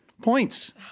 Points